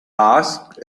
asked